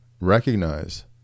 recognize